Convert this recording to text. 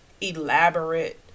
elaborate